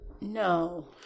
No